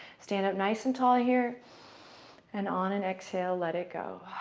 stand up nice and tall here and on an exhale, let it go.